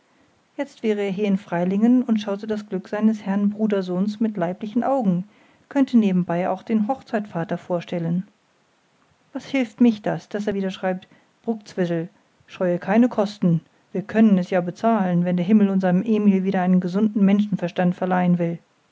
jetzt wäre er hier in freilingen und schaute das glück seines herrn brudersohnes mit leiblichen augen könnte nebenbei auch den hochzeitvater vorstellen was hilft mich das daß er wieder schreibt brktzwisl scheue keine kosten wir können es ja bezahlen wenn der himmel unserem emil wieder gesunden menschenverstand verleihen will